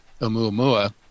Oumuamua